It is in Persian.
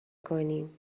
کنیم